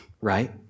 right